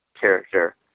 character